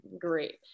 great